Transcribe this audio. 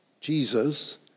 Jesus